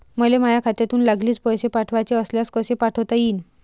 मले माह्या खात्यातून लागलीच पैसे पाठवाचे असल्यास कसे पाठोता यीन?